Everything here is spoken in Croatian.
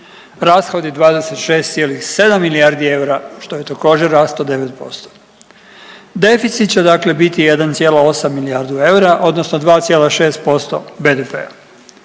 rashodi 26,7 milijardi eura, što je također rast od 9%, deficit će dakle biti 1,8 milijardi eura odnosno 2,6% BDP-a,